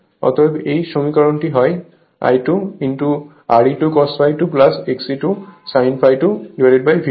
অতএব এই সমীকরণটি হয় I2Re2 cos ∅2 XE2 sin ∅2V2